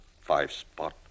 five-spot